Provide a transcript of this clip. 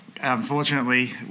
unfortunately